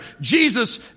Jesus